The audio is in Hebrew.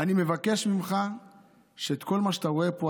אני מבקש ממך שאת כל מה שאתה רואה פה,